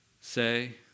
say